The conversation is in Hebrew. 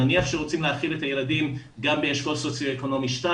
נניח שרוצים להאכיל את הילדים גם באשכול סוציו אקונומי 2,